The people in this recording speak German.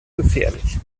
gefährlich